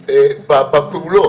BOT,